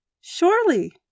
Surely